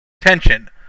Tension